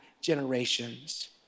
generations